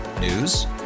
News